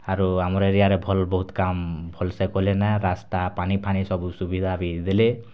ଆରୁ ଆମର୍ ଏରିଆରେ ଭଲ୍ ବହୁତ୍ କାମ୍ ଭଲ୍ସେ କଲେନେ ରାସ୍ତା ପାଣି ଫାଣି ସବୁ ସୁବିଧା ବି ଦେଲେ